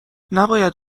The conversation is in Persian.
نباید